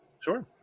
Sure